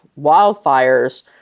wildfires